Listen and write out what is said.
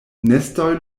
nestoj